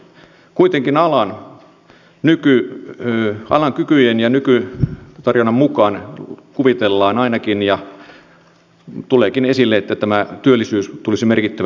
kuitenkin alan kykyjen ja nykytarjonnan mukaan ainakin kuvitellaan ja tuleekin esille että tämä työllisyys tulisi merkittävästi lisääntymään